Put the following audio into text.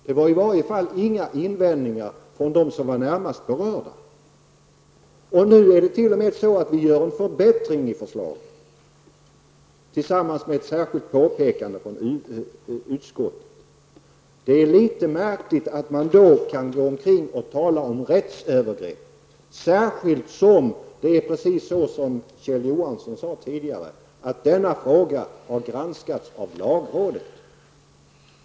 Det fanns i alla fall inte några invändningar från dem som var närmast berörda. Nu gör vi t.o.m. en förbättring av förslaget. Utskottet bidrar också till denna förbättring med ett särskilt påpekande. Det är något märkligt att man då talar om rättsövergrepp, särskilt som denna fråga har granskats av lagrådet -- precis som Kjell Johansson tidigare sade.